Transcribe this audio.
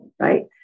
right